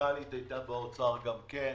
המנכ"לית היתה באוצר גם כן.